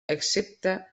excepte